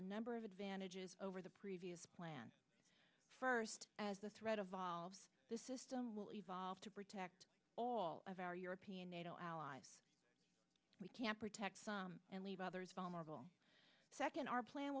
a number of advantages over the previous plan first as the threat of volves the system will evolve to protect all of our european nato allies we can't protect and leave others vulnerable second our plan